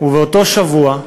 ובאותו שבוע,